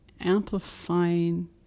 amplifying